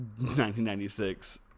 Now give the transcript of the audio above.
1996